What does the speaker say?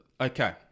okay